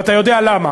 ואתה יודע למה.